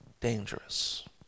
dangerous